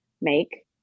make